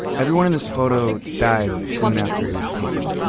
everyone in this photo died soon after it was taken.